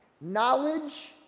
Knowledge